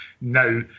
now